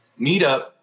meetup